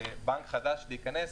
לבנק חדש להיכנס.